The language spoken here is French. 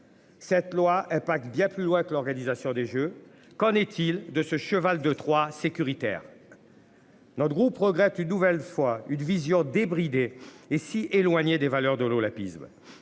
Cette loi est bien plus loin que l'organisation des Jeux. Qu'en est-il de ce cheval de Troie sécuritaire. Notre groupe regrette une nouvelle fois une vision débridée et si éloignée des valeurs de l'olympisme.